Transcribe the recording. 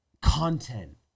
content